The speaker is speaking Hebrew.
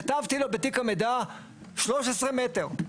כתבתי לו בתיק המידע 13 מטרים,